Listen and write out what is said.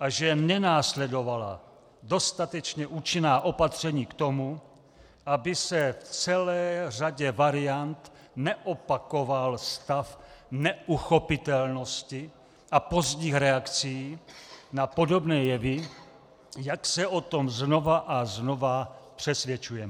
a že nenásledovala dostatečně účinná opatření k tomu, aby se v celé řadě variant neopakoval stav neuchopitelnosti a pozdních reakcí na podobné jevy, jak se o tom znova a znova přesvědčujeme.